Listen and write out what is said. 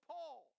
Paul